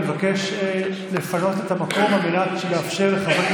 אני מבקש לפנות את המקום על מנת לאפשר לחברי